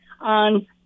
on